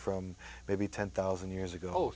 from maybe ten thousand years ago